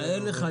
אז תאר לך,